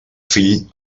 fill